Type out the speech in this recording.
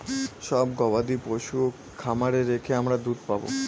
সব গবাদি পশু খামারে রেখে আমরা দুধ পাবো